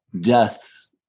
death